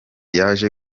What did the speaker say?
yaje